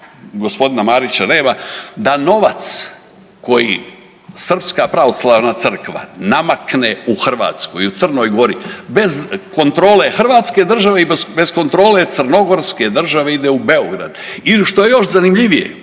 novac g. Marića nema, da novac koji Srpska pravoslavna crkva namakne u Hrvatskoj i u Crnoj Gori bez kontrole hrvatske države i bez kontrole crnogorske države, ide u Beograd i što je još zanimljivije,